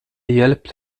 hjälpt